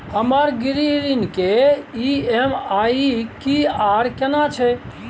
हमर गृह ऋण के ई.एम.आई की आर केना छै?